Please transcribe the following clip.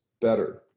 better